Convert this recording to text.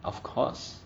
of course